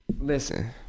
Listen